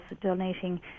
donating